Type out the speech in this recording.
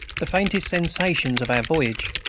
the faintest sensations of our voyage,